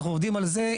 אנחנו עובדים על זה.